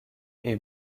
est